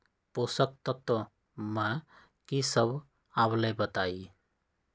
पोषक तत्व म की सब आबलई बताई?